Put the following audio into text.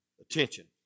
attention